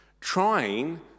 trying